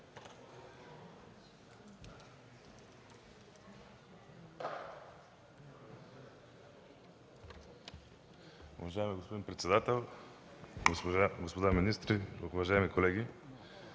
Уважаеми господин председател, господа министри, уважаеми колеги!